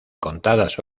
contadas